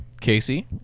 Casey